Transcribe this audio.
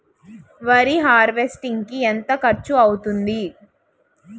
వరి హార్వెస్టింగ్ కి ఎంత ఖర్చు అవుతుంది?